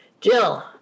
Jill